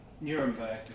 Nuremberg